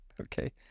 Okay